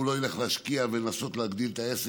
הוא לא ילך להשקיע ולנסות להגדיל את העסק,